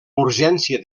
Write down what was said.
urgència